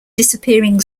disappearing